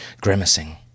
grimacing